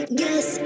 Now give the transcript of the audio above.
yes